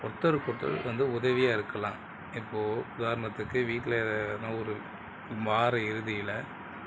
ஒருத்தருக்கொருத்தர் வந்து உதவியாக இருக்கலாம் இப்போது உதாரணத்துக்கு வீட்டில் எதனால் ஒரு வார இறுதியில்